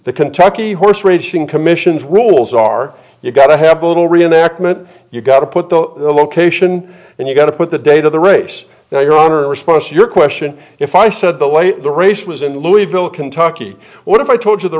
the kentucky horse racing commission's rules are you've got to have a little reenactment you got to put the location and you got to put the date of the race now your honor response your question if i said the late the race was in louisville kentucky what if i told you the